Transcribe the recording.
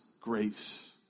grace